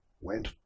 went